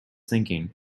thinking